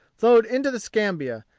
flowed into the scambia,